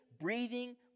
breathing